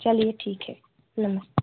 चलिए ठीक है नमस्ते